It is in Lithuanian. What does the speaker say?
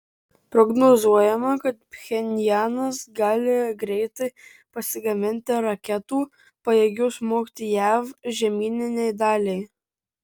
prognozuojama kad pchenjanas gali greitai pasigaminti raketų pajėgių smogti jav žemyninei daliai